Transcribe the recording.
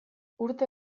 urte